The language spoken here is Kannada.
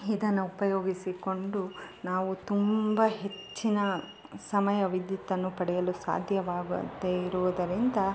ಇದನ್ನ ಉಪಯೋಗಿಸಿಕೊಂಡು ನಾವು ತುಂಬ ಹೆಚ್ಚಿನ ಸಮಯ ವಿದ್ಯುತನ್ನು ಪಡೆಯಲು ಸಾಧ್ಯವಾಗದೇ ಇರುವುದರಿಂದ